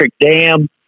dam